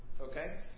Okay